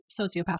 sociopath